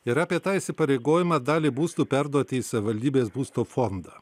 ir apie tą įsipareigojimą dalį būstų perduoti į savivaldybės būsto fondą